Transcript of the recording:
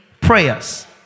prayers